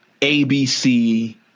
ABC